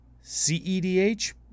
C-E-D-H